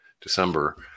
December